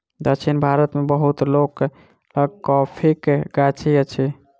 दक्षिण भारत मे बहुत लोक लग कॉफ़ीक गाछी अछि